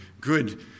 good